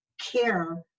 care